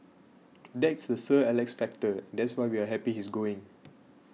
that's the Sir Alex factor and that's why we're happy he's going